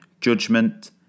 judgment